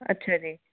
ਅੱਛਾ ਜੀ